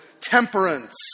temperance